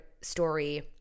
story